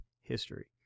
history